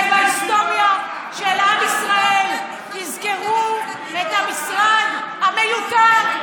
ובהיסטוריה של עם ישראל יזכרו את המשרד המיותר,